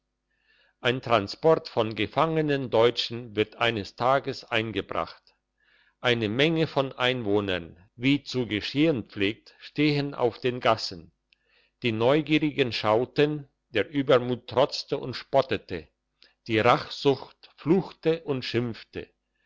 ein transport von gefangenen deutschen wird eines tages eingebracht eine menge von einwohnern wie zu geschehen pflegt stehen auf den gassen die neugierigen schauten der übermut trotzte und spottete die rachsucht fluchte und schimpfte